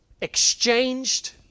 exchanged